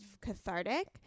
cathartic